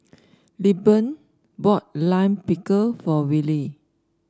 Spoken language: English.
Lilburn bought Lime Pickle for Willy